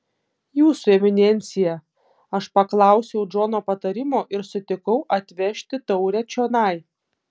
jūsų eminencija aš paklausiau džono patarimo ir sutikau atvežti taurę čionai